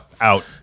out